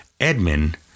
Edmund